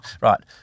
right